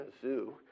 zoo